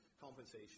compensation